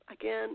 Again